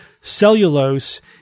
Cellulose